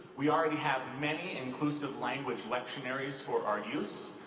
we already have many inclusive language lectionaries for our use.